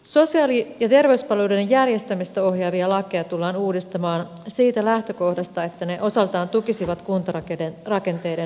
sosiaali ja terveyspalveluiden järjestämistä ohjaavia lakeja tullaan uudistamaan siitä lähtökohdasta että ne osaltaan tukisivat kuntarakenteiden uudistamista